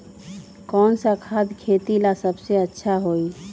कौन सा खाद खेती ला सबसे अच्छा होई?